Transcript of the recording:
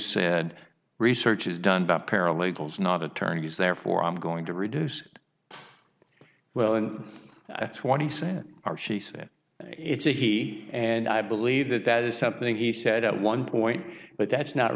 said research is done by paralegals not attorneys therefore i'm going to reduce swelling at twenty cents are she said it's a he and i believe that that is something he said at one point but that's not